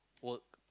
work